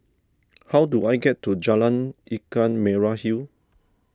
how do I get to Jalan Ikan Merah Hill